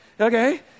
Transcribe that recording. Okay